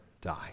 die